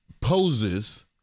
poses